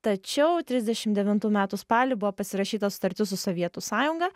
tačiau trisdešimt devintų metų spalį buvo pasirašyta sutartis su sovietų sąjunga